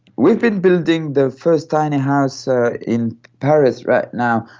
we've been building the first tiny and house ah in paris right now.